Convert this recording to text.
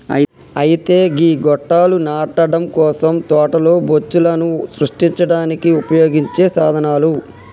అయితే గీ గొట్టాలు నాటడం కోసం తోటలో బొచ్చులను సృష్టించడానికి ఉపయోగించే సాధనాలు